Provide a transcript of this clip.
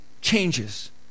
changes